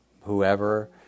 whoever